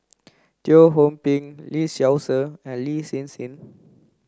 Teo Ho Pin Lee Seow Ser and Lin Hsin Hsin